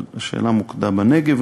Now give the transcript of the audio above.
אבל השאלה מוקדה בנגב,